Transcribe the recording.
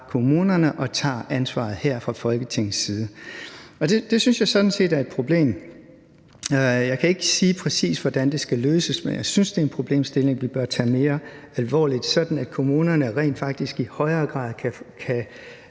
kommunerne og overgiver ansvaret til Folketinget. Det synes jeg sådan set er et problem. Jeg kan ikke sige, hvordan det præcis skal løses, men jeg synes, det er en problemstilling, vi bør tage mere alvorligt, sådan at kommunerne rent faktisk i højere grad kan